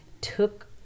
took